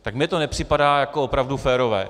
Tak mně to nepřipadá jako opravdu férové.